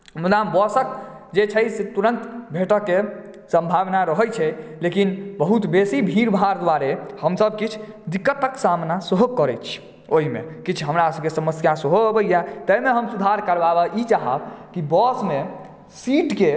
ओना बसक जे छै से तुरंत भेटैके संभावना रहै छै लेकिन बहुत बेसी भीड़ भाड़ दुआरे हमसभ किछु दिक्कतक सामना सेहो करै छी ओहिमे किछु हमरासभक समस्या सेहो अबैया ताहि मे हम सुधार करबाबऽ ई चाहब की बसमे सीटके